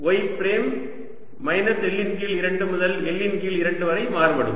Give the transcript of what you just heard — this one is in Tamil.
y பிரைம் மைனஸ் L இன் கீழ் 2 முதல் L இன் கீழ் 2 வரை மாறுபடும்